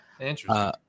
Interesting